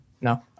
No